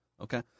Okay